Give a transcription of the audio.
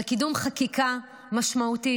על קידום חקיקה משמעותית.